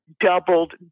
doubled